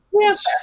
Yes